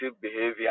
behavior